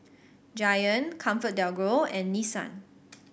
Giant ComfortDelGro and Nissan